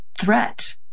threat